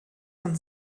von